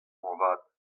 moarvat